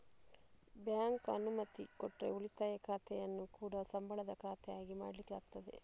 bank ಅನುಮತಿ ಕೊಟ್ರೆ ಉಳಿತಾಯ ಖಾತೆಯನ್ನ ಕೂಡಾ ಸಂಬಳದ ಖಾತೆ ಆಗಿ ಮಾಡ್ಲಿಕ್ಕೆ ಆಗ್ತದೆ